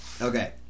Okay